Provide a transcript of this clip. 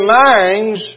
minds